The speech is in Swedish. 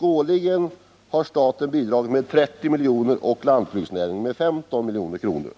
Årligen har staten bidragit med 30 milj.kr. och lantbruksnäringen med 15 milj.kr.